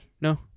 No